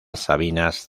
sabinas